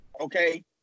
Okay